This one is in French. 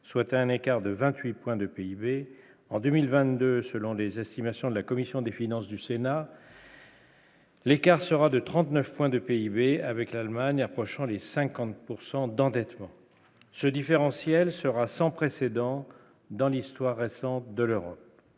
soit un écart de 28 points de PIB en 2022, selon les estimations de la commission des finances du Sénat. L'écart sera de 39 points de PIB avec l'Allemagne, approchant les 50 pourcent d'endettement, ce différentiel sera sans précédent dans l'histoire récente de l'Europe,